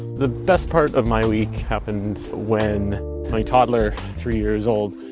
the best part of my week happened when my toddler, three years old,